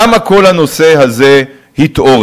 למה כל הנושא הזה התעורר?